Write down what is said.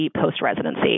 post-residency